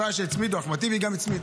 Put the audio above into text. אחמד טיבי גם הצמיד,